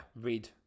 read